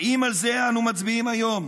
האם על זה אנו מצביעים היום?